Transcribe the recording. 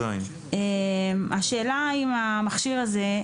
השאלה אם המכשיר הזה,